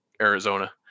Arizona